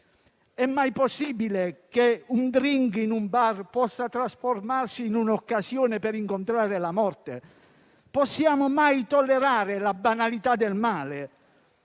È mai possibile che un *drink* in un bar si trasformi nell'occasione per incontrare la morte? Possiamo mai tollerare la banalità del male?